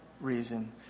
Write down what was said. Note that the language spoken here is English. reason